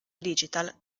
digital